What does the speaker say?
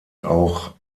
auch